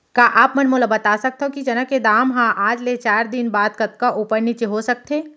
का आप मन मोला बता सकथव कि चना के दाम हा आज ले चार दिन बाद कतका ऊपर नीचे हो सकथे?